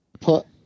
put